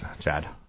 Chad